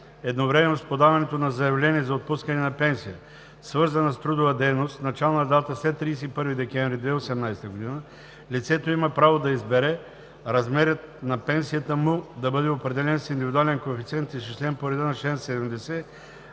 едновременно с подаването на заявление за отпускане на пенсия, свързана с трудова дейност, с начална дата след 31 декември 2018 г., лицето има право да избере размерът на пенсията му да бъде определен с индивидуален коефициент, изчислен по реда на чл.